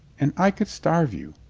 and i could starve you,